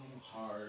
hard